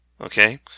okay